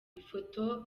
ifoto